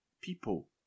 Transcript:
people